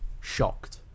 shocked